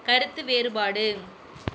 கருத்து வேறுபாடு